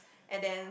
and then